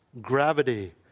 gravity